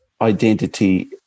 identity